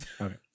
Okay